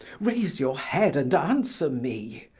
raise your head and answer me.